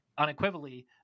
Unequivocally